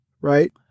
Right